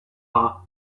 are